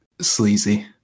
sleazy